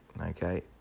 okay